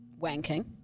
wanking